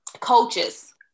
Coaches